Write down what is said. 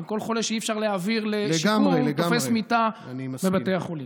כי כל חולה שאי-אפשר להעביר לשיקום תופס מיטה בבתי החולים.